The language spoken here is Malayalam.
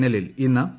ഫൈനലിൽ ഇന്ന് പി